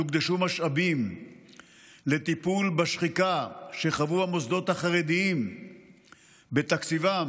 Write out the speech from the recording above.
יוקדשו משאבים לטיפול בשחיקה שחוו המוסדות החרדיים בתקציבם